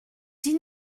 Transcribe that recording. dis